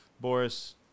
boris